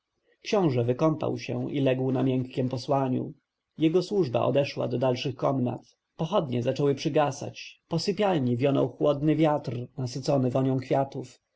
książę wykąpał się i legł na miękkiem posłaniu jego służba odeszła do dalszych komnat pochodnie zaczęły przygasać po sypialni wionął chłodny wiatr nasycony wonią kwiatów